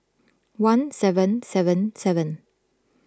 one seven seven seven